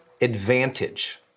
advantage